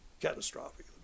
catastrophic